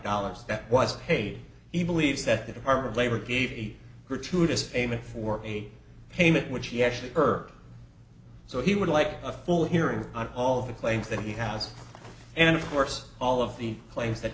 dollars that was paid he believes that the department of labor gave a gratuitous payment for a payment which he actually heard so he would like a full hearing on all of the claims that he has and of course all of the claims that